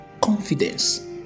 confidence